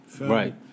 Right